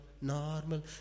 normal